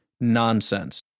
Nonsense